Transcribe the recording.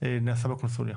נעשה בקונסוליה?